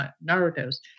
narratives